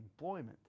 employment